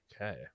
Okay